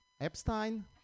Epstein